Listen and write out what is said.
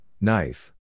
knife